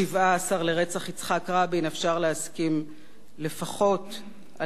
רבין אפשר להסכים לפחות על הדבר הזה.